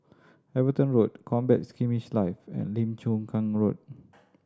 Everton Road Combat Skirmish Live and Lim Chu Kang Road